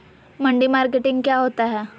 मंडी मार्केटिंग क्या होता है?